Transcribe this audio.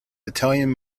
italian